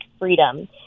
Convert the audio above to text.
Freedom